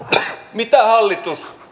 mitä hallitus